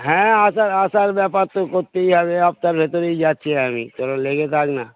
হ্যাঁ আসার আসার ব্যাপার তো করতেই হবে হপ্তার ভেতরেই যাচ্ছি আমি তোরা লেগে থাক না